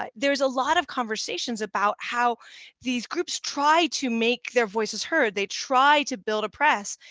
um there's a lot of conversations about how these groups try to make their voices heard. they try to build a press,